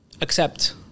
accept